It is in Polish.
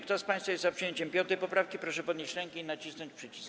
Kto z państwa jest za przyjęciem 5. poprawki, proszę podnieść rękę i nacisnąć przycisk.